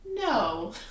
No